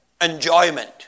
enjoyment